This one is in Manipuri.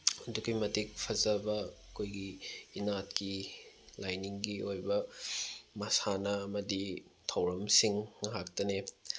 ꯑꯗꯨꯛꯀꯤ ꯃꯇꯤꯛ ꯐꯖꯕ ꯑꯩꯈꯣꯏꯒꯤ ꯏꯅꯥꯠꯀꯤ ꯂꯥꯏꯅꯤꯡꯒꯤ ꯑꯣꯏꯕ ꯃꯁꯥꯟꯅ ꯑꯃꯗꯤ ꯊꯧꯔꯝꯁꯤꯡ ꯉꯥꯛꯇꯅꯦ